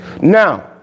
now